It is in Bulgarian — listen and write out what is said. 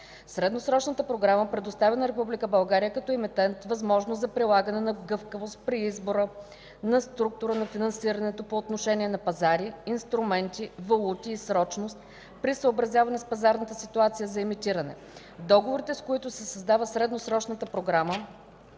Средносрочната програма предоставя на Република България като емитент възможност за прилагането на гъвкавост при избора на структура на финансирането по отношение на пазари, инструменти, валути и срочност, при съобразяване с пазарната ситуация за емитиране. Договорите, с които се създава средносрочната програма,